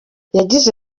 yagize